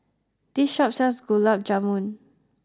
this shop sells Gulab Jamun